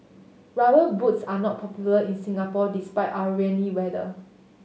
Rubber Boots are not popular in Singapore despite our rainy weather